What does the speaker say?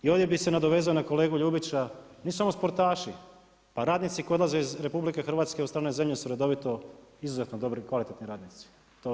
I ovdje bi se nadovezao na kolegu Ljubić, da ne samo sportaši, pa radnici koji odlaze iz RH, u stranoj zemlji su redovito izuzetno dobri, kvalitetni radnici.